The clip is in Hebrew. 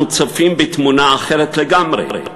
אנחנו צופים בתמונה אחרת לגמרי.